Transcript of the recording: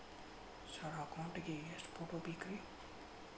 Sir account ಗೇ ಎಷ್ಟು photo ಬೇಕ್ರಿ?